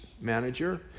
manager